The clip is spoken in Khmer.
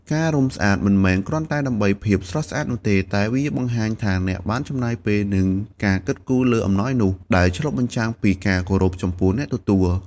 ការរុំស្អាតមិនមែនគ្រាន់តែដើម្បីភាពស្រស់ស្អាតនោះទេ តែវាបង្ហាញថាអ្នកបានចំណាយពេល និងការគិតគូរលើអំណោយនោះ ដែលឆ្លុះបញ្ចាំងពីការគោរពចំពោះអ្នកទទួល។